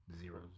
Zero